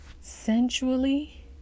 sensually